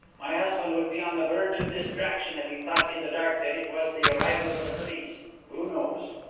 my husband would be on the verge of distraction if he thought in the dark that it was the arrival of the police who knows?